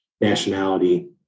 nationality